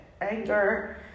anger